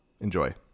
Enjoy